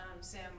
Sam